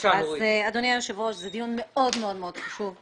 אדוני היושב ראש, זה דיון מאוד מאוד חשוב.